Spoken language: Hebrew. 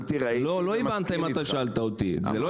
הבנתי, ראיתי ואני מסכים איתך, אבל את התשתית